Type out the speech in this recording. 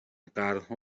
قرنها